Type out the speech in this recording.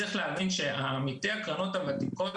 צריך להבין שעמיתי הקרנות הוותיקות,